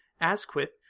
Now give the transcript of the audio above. Asquith